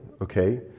okay